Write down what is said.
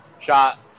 shot